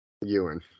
Ewan